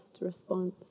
response